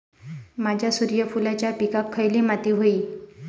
माझ्या सूर्यफुलाच्या पिकाक खयली माती व्हयी?